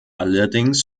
allerdings